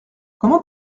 comment